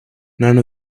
none